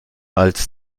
als